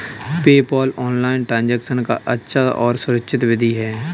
PayPal online transaction का अच्छा और सुरक्षित विधि है